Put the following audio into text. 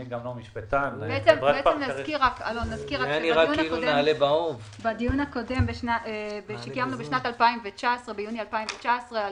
אני גם לא משפטן --- נזכיר שבדיון הקודם שקיימנו ביוני 2019,